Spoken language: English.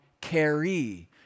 carry